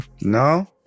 No